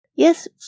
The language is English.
Yes